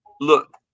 look